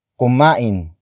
Kumain